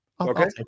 Okay